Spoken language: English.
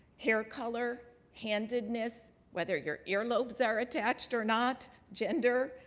hair color, handedness, whether your earlobes are attached or not, gender,